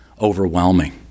overwhelming